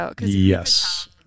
Yes